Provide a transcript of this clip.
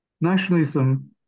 nationalism